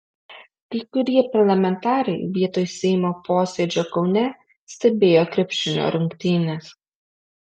kai kurie parlamentarai vietoj seimo posėdžio kaune stebėjo krepšinio rungtynes